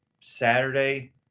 Saturday